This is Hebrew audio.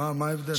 מה ההבדל?